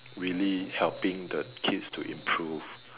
really helping the kids to improve